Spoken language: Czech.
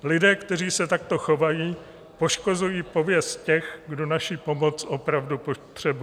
Lidé, kteří se takto chovají, poškozují pověst těch, kdo naši pomoc opravdu potřebují.